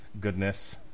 goodness